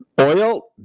Oil